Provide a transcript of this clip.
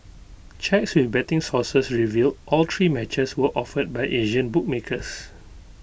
checks with betting sources revealed all three matches were offered by Asian bookmakers